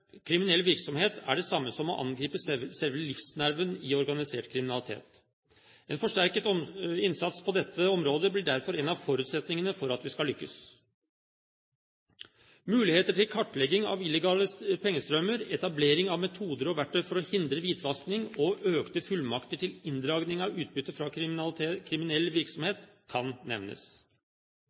kriminell virksomhet er det samme som å angripe selve livsnerven i organisert kriminalitet. En forsterket innsats på dette området blir derfor en av forutsetningene for at vi skal lykkes. Muligheter til kartlegging av illegale pengestrømmer, etablering av metoder og verktøy for å hindre hvitvasking og økte fullmakter til inndragning av utbytte fra kriminell virksomhet kan nevnes.